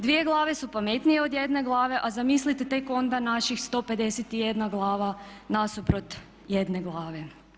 Dvije glave su pametnije od jedne glave, a zamislite tek onda naših 151 glava nasuprot 1 glave.